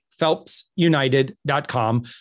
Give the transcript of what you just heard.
phelpsunited.com